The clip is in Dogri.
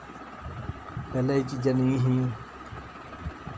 पैह्ले एह् चीजां नेईं हियां